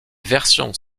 versions